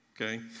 Okay